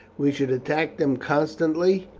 we should attack them constantly,